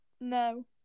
No